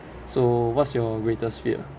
so what's your greatest fear